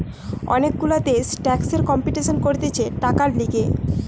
অনেক গুলা দেশ ট্যাক্সের কম্পিটিশান করতিছে টাকার লিগে